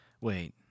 Wait